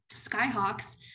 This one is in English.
Skyhawks